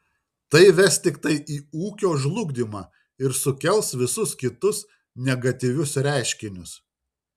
tai ves tiktai į ūkio žlugdymą ir sukels visus kitus negatyvius reiškinius